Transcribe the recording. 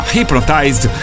Hypnotized